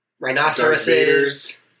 Rhinoceroses